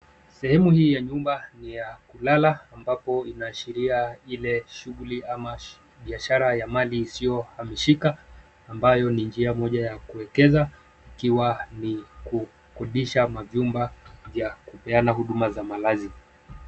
Sehemu hii ya nyumba ni ya kulala ambapo inaashiria ile shughuli ama biashara ya mali isiyohamishika ambayo ni njia moja ya kuwekeza ikiwa ni kukodisha majumba ya kupeana huduma za malazi.